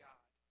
God